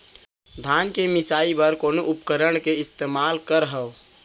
धान के मिसाई बर कोन उपकरण के इस्तेमाल करहव?